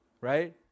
right